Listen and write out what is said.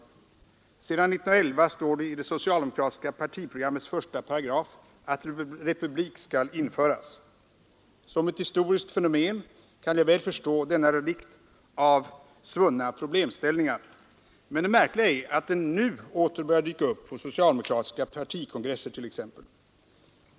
Sedan 1911 står det i det socialdemokratiska partiprogrammets första paragraf att republik skall införas. Som ett historiskt fenomen kan jag väl förstå denna relikt av svunna problemställningar, men det märkliga är att den nu åter börjar dyka upp på t.ex. socialdemokratiska partikongresser.